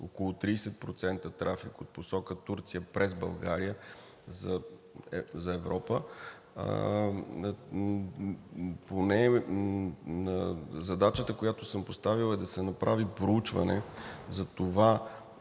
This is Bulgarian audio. около 30% трафик от посока Турция през България за Европа. Задачата, която съм поставил, е да се направи проучване за това